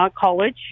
college